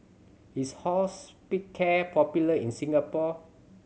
is Hospicare popular in Singapore